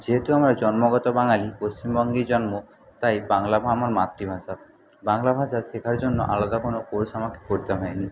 যেহেতু আমরা জন্মগত বাঙালি পশ্চিমবঙ্গেই জন্ম তাই বাংলা আমার মাতৃভাষা বাংলা ভাষা শেখার জন্য আলাদা কোন কোর্স আমাকে করতে হয় নি